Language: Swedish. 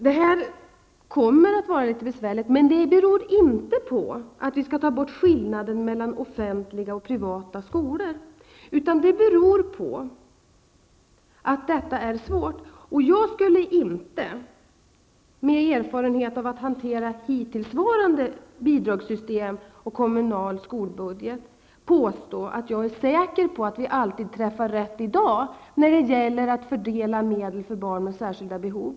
Det här kommer att vara litet besvärligt, men det beror inte på att vi skall ta bort skillnaden mellan offentliga och privata skolor, utan det är i sig en svår problematik. Jag skulle inte, med erfarenhet av att hantera hittillsvarande bidragssystem och kommunal skolbudget, vilja påstå att jag är säker på att vi i dag alltid träffar rätt när det gäller att fördela medel för barn med särskilda behov.